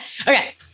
Okay